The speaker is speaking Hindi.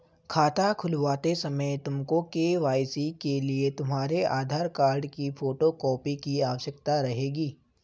खाता खुलवाते समय तुमको के.वाई.सी के लिए तुम्हारे आधार कार्ड की फोटो कॉपी की आवश्यकता रहेगी